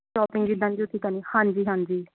shopping ਜਿੱਦਾਂ ਦੀ ਤੁਸੀਂ ਕਰਨੀ ਹਾਂਜੀ ਹਾਂਜੀ